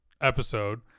episode